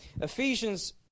Ephesians